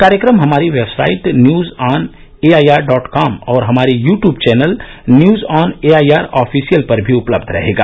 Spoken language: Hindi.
कार्यक्रम हमारी website news on A I R dot com और हमारे YouTube channel news on A I R official पर भी उपलब्ध रहेगा